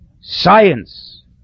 Science